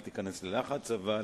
אל תיכנס ללחץ, אבל